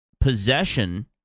possession